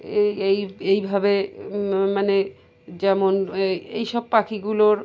এই এই এইভাবে মানে যেমন এই সব পাখিগুলোর